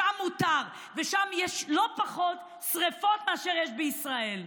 שם מותר, ושם יש לא פחות שרפות מאשר יש בישראל,